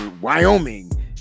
Wyoming